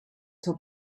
top